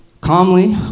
calmly